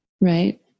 right